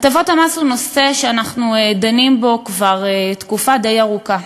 הטבות המס הן נושא שאנחנו דנים בו כבר תקופה די ארוכה.